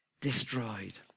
destroyed